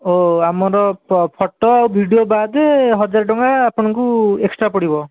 ଓ ଆମର ଫଟୋ ଆଉ ଭିଡ଼ିଓ ବାଦେ ହଜାର ଟଙ୍କା ଆପଣଙ୍କୁ ଏକ୍ସଟ୍ରା ପଡ଼ିବ